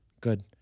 good